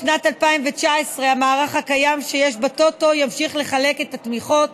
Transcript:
בשנת 2019 המערך הקיים שיש בטוטו ימשיך לחלק את התמיכות